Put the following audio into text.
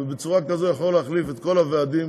ובצורה כזאת הוא יכול להחליף את כל הוועדים